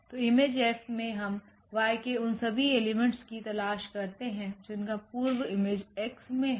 तो Im F मे हम y के उन सभी एलिमेंट्स की तलाश करते हैं जिनका पूर्व इमेज X में है